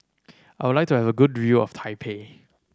I would like to have a good view of Taipei